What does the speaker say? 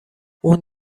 اون